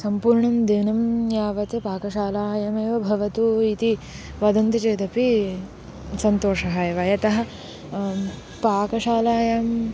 सम्पूर्णं दिनं यावत् पाकशालायामेव भवतु इति वदन्ति चेदपि सन्तोषः एव यतः पाकशालायां